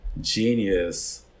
genius